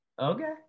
okay